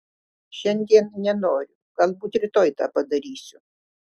šiandien nenoriu galbūt rytoj tą padarysiu